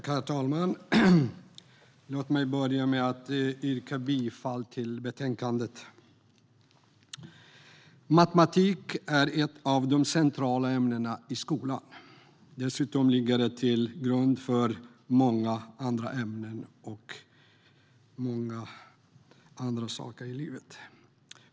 Herr talman! Jag yrkar bifall till utskottets förslag i betänkandet. Matematik är ett av de centrala ämnena i skolan. Dessutom ger det en grund till flera andra ämnen i skolan och mycket annat i livet.